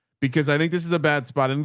because i think this is a bad spot. and